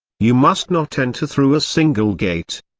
you must not enter through a single gate.